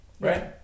right